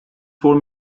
four